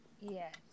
Yes